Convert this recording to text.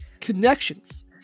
connections